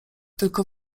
tylko